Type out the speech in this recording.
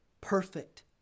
perfect